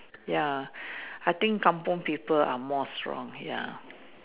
ya I think kampung people are more strong ya